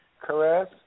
Caress